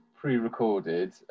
pre-recorded